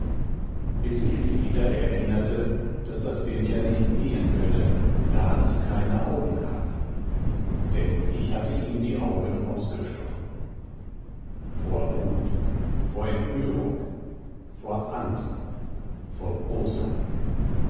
bis ich mich wieder erinnerte daß das bild ja nicht sehen könne da es keine augen habe denn ich hatte ihm die augen ausgestochen vor wut vor empörung vor angst vor bosheit